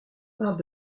parlent